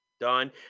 done